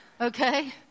Okay